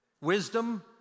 Wisdom